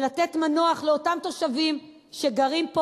ולתת מנוח לאותם תושבים שגרים פה,